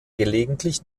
gelegentlich